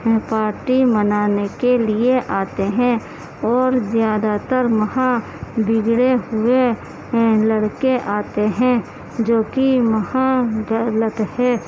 party منانے کے لیے آتے ہیں اور زیادہ تر وہاں بگڑے ہوئے لڑکے آتے ہیں جو کہ وہاں الگ ہے